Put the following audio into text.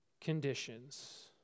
conditions